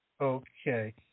okay